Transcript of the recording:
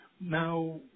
now